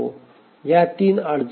या तीन अडचणी आहेत